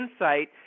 insight